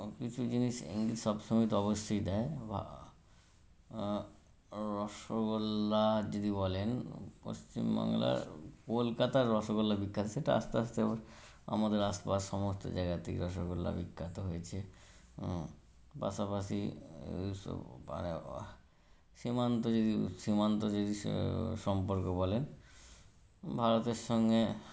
কিছু জিনিস সব সময়তে অবশ্যই দেয় বা রসগোল্লা যদি বলেন পশ্চিম বাংলার কলকাতার রসগোল্লা বিকাশ সেটা আস্তে আস্তে আমাদের আশপাশ সমস্ত জায়গাতেই রসগোল্লা বিখ্যাত হয়েছে পাশাপাশি এইসব সীমান্ত যদি সীমান্ত যদি সে সম্পর্ক বলেন ভারতের সঙ্গে